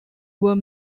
were